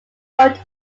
rhode